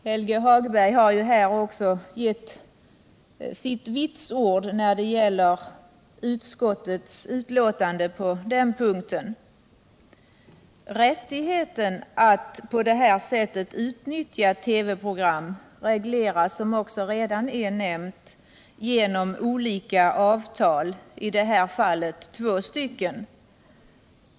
Helge Hagberg har ju också gett sitt vitsord vad gäller utskottets utlåtande på den punkten. Rättigheten att på detta sätt utnyttja TV-program har, som också har nämnts, reglerats genom två olika avtal.